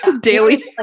daily